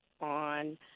on